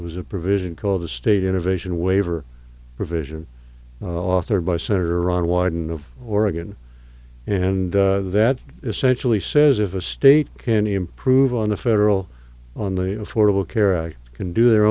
was a provision called the state innovation waiver provision authored by senator ron wyden of oregon and that essentially says if a state can improve on the federal on the affordable care act can do their